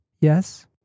Yes